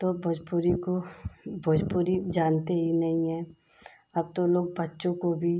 तो भोजपुरी को भोजपुरी जानते ही नहीं हैं अब तो लोग बच्चों को भी